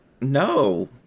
no